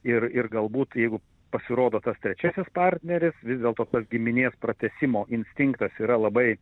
ir ir galbūt jeigu pasirodo tas trečiasis partneris vis dėlto tas giminės pratęsimo instinktas yra labai